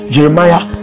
Jeremiah